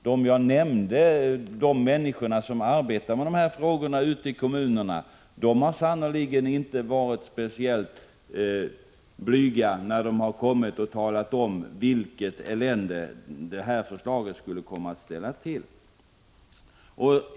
De människor ute i kommunerna som arbetar med dessa frågor har sannerligen inte varit speciellt blyga när de talat om vilket elände det skulle bli om detta förslag förverkligades.